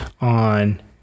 on